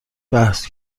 بحث